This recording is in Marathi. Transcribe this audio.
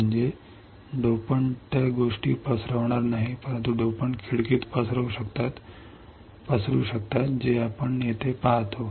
म्हणजे डोपंट गोष्टी पसरवू शकणार नाही परंतु डोपंट विंडोमध्ये पसरू शकतात जे आपण येथे पाहतो